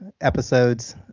episodes